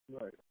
right